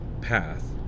path